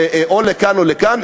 או לכאן או לכאן,